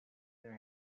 their